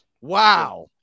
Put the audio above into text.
Wow